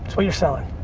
what you're selling.